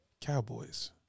Cowboys